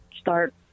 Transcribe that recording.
start